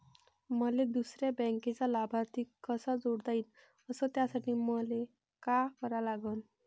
मले दुसऱ्या बँकेचा लाभार्थी कसा जोडता येईन, अस त्यासाठी मले का करा लागन?